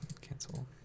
Cancel